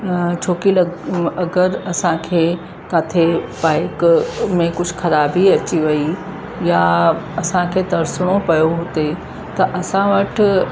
छो कि लग अगरि असांखे किथे बाइक कुझु ख़राबी अची वई या असांखे तरिसणो पियो हुते त असां वटि